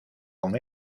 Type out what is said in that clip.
con